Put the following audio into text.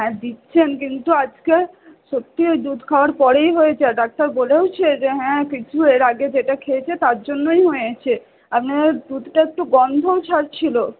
হ্যাঁ দিচ্ছেন কিন্তু আজকে সত্যিই ওই দুধ খাওয়ার পরেই হয়েছে ডাক্তার বলেওছে যে হ্যাঁ ঠিকই এর আগে যেটা খেয়েছে তার জন্যই হয়েছে আপনার দুধটা একটু গন্ধও ছাড়ছিল